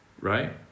right